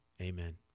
Amen